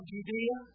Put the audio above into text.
Judea